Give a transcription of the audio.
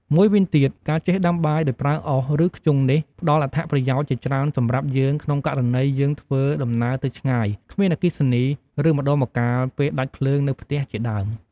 មួយវិញទៀត ការចេះដាំបាយដោយប្រើអុស ឬធ្យូងនេះ ផ្ដល់អត្ថប្រយោជន៍ជាច្រើនសម្រាប់យើង ក្នុងករណី យើងធ្វើដំណើរទៅឆ្ងាយ គ្មានអគ្គីសនី ឬ ម្ដងម្កាលពេលដាច់ភ្លើងនៅផ្ទះជាដើម។